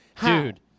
Dude